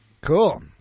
Cool